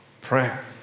prayer